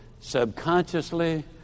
subconsciously